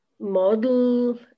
model